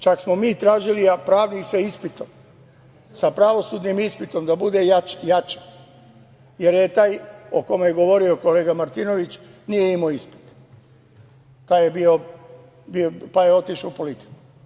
Čak smo mi tražili, pravnik sa pravosudnim ispitom da bude jače, jer taj o kome je govorio kolega Martinović, nije imao ispit, pa je otišao u politiku.